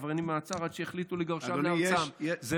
העבריינים במעצר עד שיחליטו לגרשם לארצם.